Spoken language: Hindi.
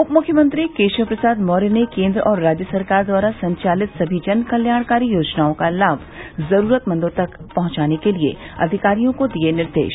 उप मुख्यमंत्री केशव प्रसाद मौर्य ने केन्द्र और राज्य सरकार द्वारा संचालित सभी जनकल्याणकारी योजनाओं का लाभ जरूरतमंदों तक पहुंचाने के लिये अधिकारियों को दिये निर्देश